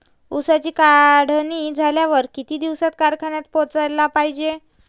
ऊसाची काढणी झाल्यावर किती दिवसात कारखान्यात पोहोचला पायजे?